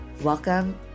welcome